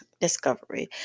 discovery